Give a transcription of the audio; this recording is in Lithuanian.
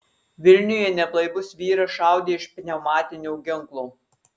vilniuje neblaivus vyras šaudė iš pneumatinio ginklo